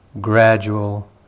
gradual